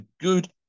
good